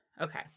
okay